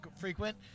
frequent